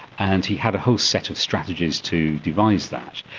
and he had a whole set of strategies to devise that,